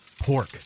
pork